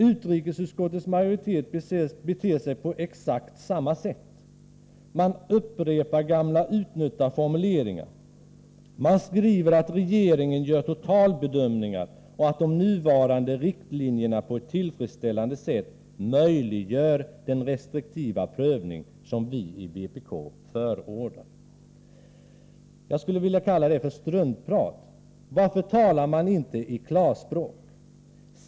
Utrikesutskottets majoritet beter sig på exakt samma sätt. Man upprepar gamla utnötta formuleringar. Man skriver att regeringen gör totalbedömningar och att de nuvarande riktlinjerna på ett tillfredsställande sätt möjliggör den restriktiva prövning som vi i vpk förordar. Jag skulle vilja kalla det för struntprat. Varför talar man inte klarspråk?